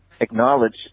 acknowledge